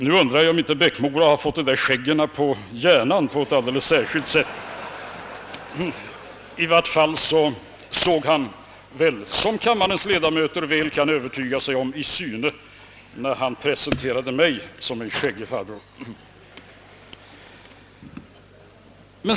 Nu undrar jag om inte herr Eriksson i Bäckmora fått de där skäggen en smula på hjärnan; i varje fall såg han, såsom kammarens ledamöter kunnat övertyga sig om, i syne när han presenterade mig som en skäggig farbror.